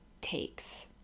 takes